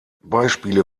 beispiele